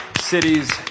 cities